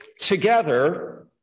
together